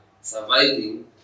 surviving